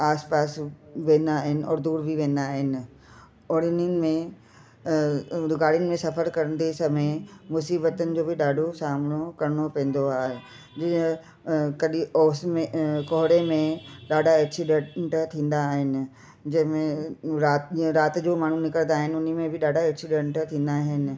आस पास वेंदा आहिनि और दूर बि वेंदा आहिनि और इन्हीनि में जो गाॾियुनि में सफ़र कंदे समय मुसीबतनि जो बि ॾाढो सामनो करणो पवंदो आहे जीअं कॾहिं औस में कोहड़े में ॾाढा एक्सीडेंट थींदा आहिनि जंहिंमें राति में राति जो माण्हू निकिरींदा आहिनि उन्हीअ में बि ॾाढा एक्सीडेंट थींदा आहिनि